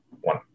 One